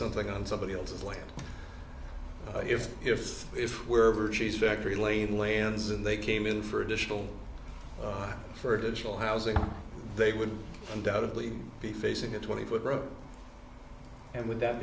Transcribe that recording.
something on somebody else's land if hist is where verges factory lane lands and they came in for additional for additional housing they would undoubtedly be facing a twenty foot road and would th